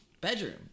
Bedroom